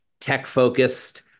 tech-focused